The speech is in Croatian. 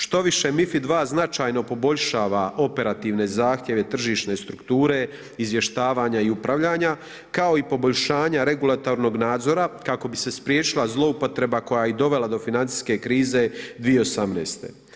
Štoviše, MiFID II značajno poboljšava operativne zahtjeve, tržišne strukture, izvještavanja i upravljanja, kao i poboljšanja regulatornog nadzora, kako bi se spriječila zloupotreba koja je dovela do financijske krize 2018.